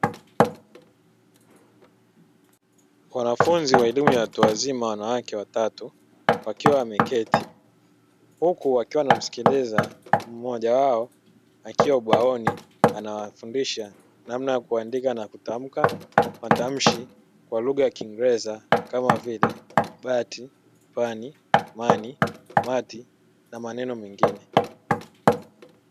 Wanafunzi wa elimu ya watu wazima wanawake watatu wakiwa wameketi, huku wakiwa wanamsikiliza mmoja wao akiwa ubaoni anawafundisha namna ya kuandika na kutamka matamshi kwa lugha ya kiingereza kama vile; "rat", "pan", "man", "mat" na maneno mengine.